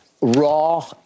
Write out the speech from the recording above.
raw